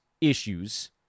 issues